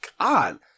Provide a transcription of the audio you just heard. God